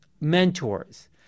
mentors